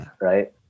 right